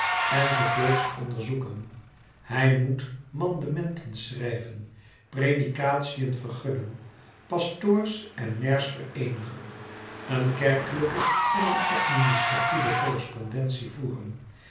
enz onderzoeken hij moet mandementen schrijven predikatiën vergunnen pastoors en maires vereenigen een kerkelijke en een administratieve correspondentie voeren